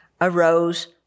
arose